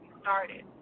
started